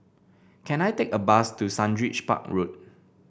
can I take a bus to Sundridge Park Road